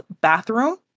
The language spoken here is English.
bathroom